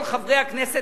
כל חברי הכנסת,